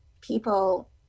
people